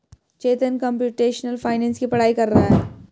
चेतन computational finance की पढ़ाई कर रहा है